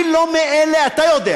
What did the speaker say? אני לא מאלה, אתה יודע